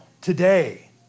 today